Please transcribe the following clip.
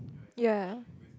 ya